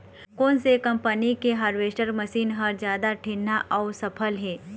कोन से कम्पनी के हारवेस्टर मशीन हर जादा ठीन्ना अऊ सफल हे?